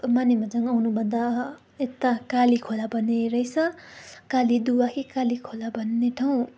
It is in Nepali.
मानेभञ्ज्याङ आउनुभन्दा यत्ता काली खोला भन्ने रहेछ काली दुवाही काली खोला भन्ने ठाउँ